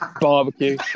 barbecue